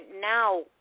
now